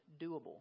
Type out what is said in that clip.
doable